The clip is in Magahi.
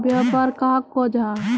व्यापार कहाक को जाहा?